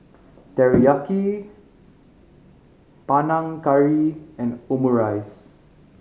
Teriyaki Panang Curry and Omurice